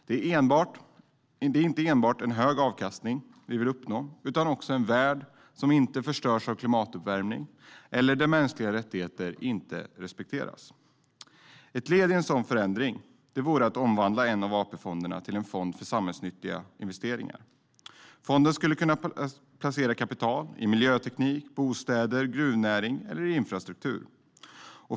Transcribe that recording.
Det är inte enbart en hög avkastning som vi vill uppnå utan också en värld som inte förstörs av klimatuppvärmning och en värld där mänskliga rättigheter respekteras. Ett led i en sådan förändring vore att omvandla en av AP-fonderna till en fond för samhällsnyttiga investeringar. Fonden skulle kunna placera kapital i miljöteknik, bostäder, gruvnäring eller infrastruktur.